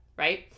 Right